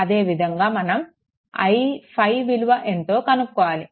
అదేవిధంగా మనం i5 విలువ ఎంతో కనుక్కోవాలి